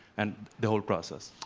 and the whole process.